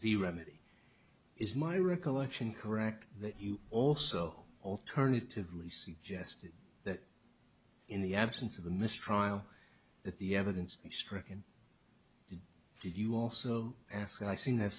the remedy is my recollection correct that you also alternatively suggested that in the absence of the mistrial that the evidence stricken did you also ask and i seen that